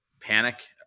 panic